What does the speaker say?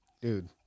Dude